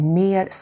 mer